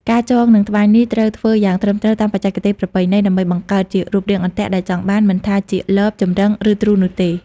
ការចងនិងត្បាញនេះត្រូវធ្វើយ៉ាងត្រឹមត្រូវតាមបច្ចេកទេសប្រពៃណី ដើម្បីបង្កើតជារូបរាងអន្ទាក់ដែលចង់បាន មិនថាជាលប ចម្រឹង ឬទ្រូនោះទេ។